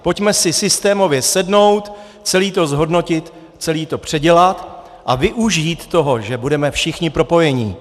Pojďme si systémově sednout, celé to zhodnotit, celé to předělat a využít toho, že budeme všichni propojení.